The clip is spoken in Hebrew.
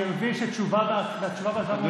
אני מבין שתשובה והצבעה במועד אחר?